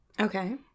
Okay